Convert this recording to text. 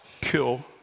kill